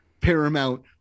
paramount